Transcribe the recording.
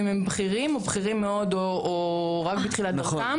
אם הם בכירים או בכירים מאוד או רק בתחילת דרכם.